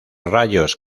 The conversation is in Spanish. rayos